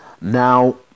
Now